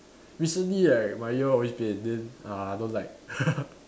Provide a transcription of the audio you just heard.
recently right my ear always pain then I don't like